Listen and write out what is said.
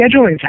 scheduling